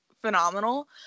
phenomenal